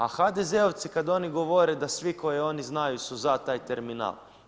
A HDZ-ovci kad oni govori da svi koji oni znaju su za taj terminal.